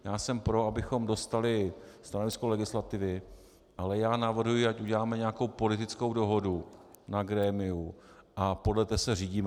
Já jsem pro, abychom dostali stanovisko legislativy, ale navrhuji, ať uděláme nějakou politickou dohodu na grémiu a podle té se řídíme.